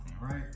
right